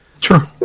Sure